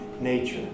nature